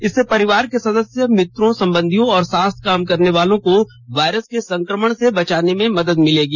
इससे परिवार के सदस्यों मित्रों संबंधियों और साथ काम करने वालों को वायरस के संक्रमण से बचाने में मदद मिलेगी